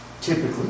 Typically